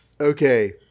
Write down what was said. Okay